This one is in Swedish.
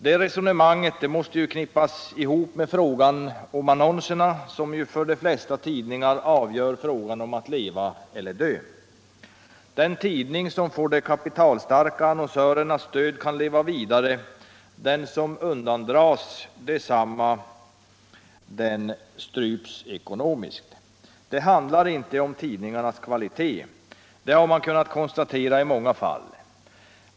Det resonemanget måste knippas ihop med frågan om annonserna, som ju för de flesta tidningar avgör frågan om att leva eller dö. Den tidning som får de kapitalstarka annonsörernas stöd kan leva vidare, den som undandras detsamma stryps ekonomiskt. Det handlar inte om tidningarnas kvalitet. Det har man kunnat konstatera i många fall.